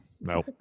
no